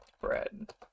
bread